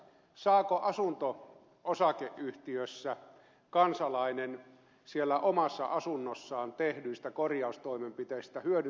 saako asunto osakeyhtiössä kansalainen siellä omassa asunnossaan tehdyistä korjaustoimenpiteistä hyödyn